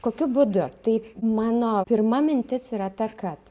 kokiu būdu tai mano pirma mintis yra ta kad